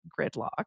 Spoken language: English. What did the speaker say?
gridlock